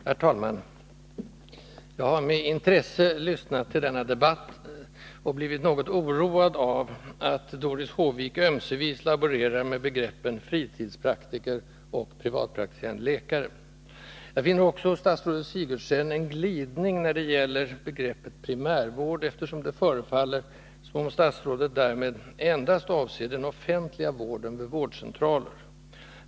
Herr talman! Jag har med intresse lyssnat till denna debatt, men blivit något oroad av att Doris Håvik ömsevis laborerar med begreppen fritidspraktiker och privatpraktiserande läkare. Jag finner också hos statsrådet Sigurdsen en glidning när det gäller begreppet primärvård, eftersom det förefaller som om statsrådet därmed endast avser den offentliga vården vid vårdcentraler.